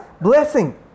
blessing